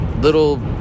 little